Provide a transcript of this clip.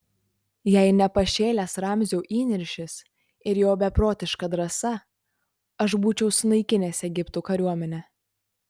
jei ne pašėlęs ramzio įniršis ir jo beprotiška drąsa aš būčiau sunaikinęs egipto kariuomenę